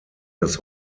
das